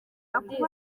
tubashimiye